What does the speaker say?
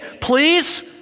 please